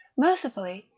mercifully,